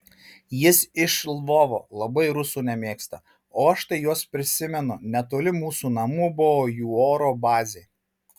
jis iš lvovo labai rusų nemėgsta o aš tai juos prisimenu netoli mūsų namų buvo jų oro bazė